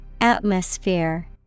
Atmosphere